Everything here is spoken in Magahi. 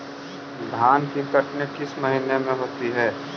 धान की कटनी किस महीने में होती है?